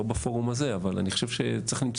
לא בפורום הזה אבל אני חושב שצריך למצוא